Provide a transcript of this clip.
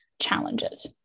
challenges